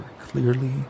clearly